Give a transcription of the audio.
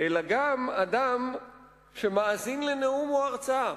אלא גם אדם שמאזין לנאום או להרצאה.